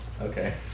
Okay